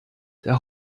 der